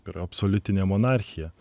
ir absoliutinė monarchija